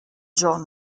john